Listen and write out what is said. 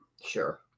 Sure